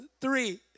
three